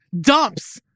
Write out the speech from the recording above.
dumps